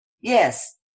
Yes